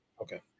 Okay